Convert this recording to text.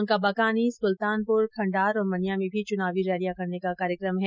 उनका बकानी सुल्तानपुर खण्डार और मनिया में भी चुनावी रैलियां करने का कार्यक्रम है